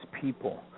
people